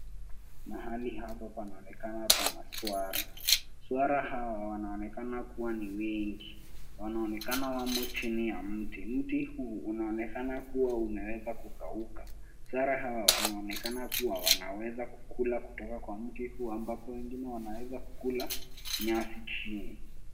Mahali hapa panaonekana hapa na swara. Swara hawa wanaonekana kuwa ni wengi. Wanaonekana wamo chini ya mti. Mti huu unaonekana kuwa umeweza kukauka. Swara hawa wanaonekana kuwa wanaweza kukula kutoka kwa mti ambapo wengine wanaweza kukula nyasi chini.